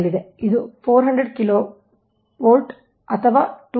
ಇದು 400 kV ಅಥವಾ 220 kv ಆಗಿರುತ್ತದೆ